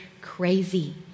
crazy